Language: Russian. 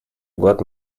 год